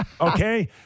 okay